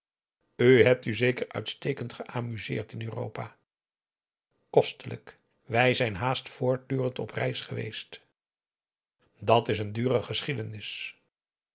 hebt u zeker uitstekend geamuseerd in europa kostelijk wij zijn haast voortdurend op reis geweest dat is n dure geschiedenis